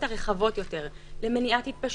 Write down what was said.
הרחבות יותר למניעת התפשטות הנגיף.